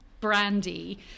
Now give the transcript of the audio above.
brandy